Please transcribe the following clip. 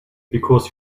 because